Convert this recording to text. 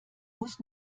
muss